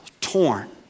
torn